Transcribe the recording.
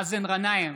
מאזן גנאים,